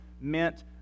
meant